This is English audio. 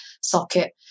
socket